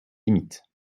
limites